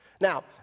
Now